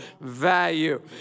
value